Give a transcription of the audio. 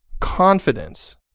confidence